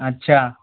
अच्छा